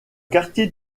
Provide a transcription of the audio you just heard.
quartier